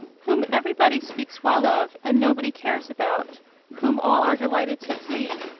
whom every body speaks well of, and nobody cares about whom all are delighted to see,